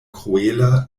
kruela